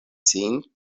sin